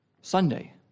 Sunday